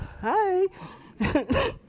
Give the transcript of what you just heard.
Hi